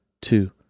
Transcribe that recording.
two